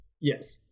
Yes